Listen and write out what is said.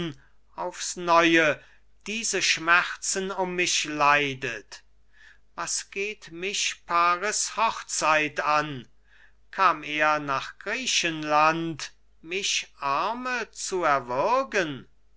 aufs neue diese schmerzen um mich leidet was geht mich paris hochzeit an kam er nach griechenland mich arme zu erwürgen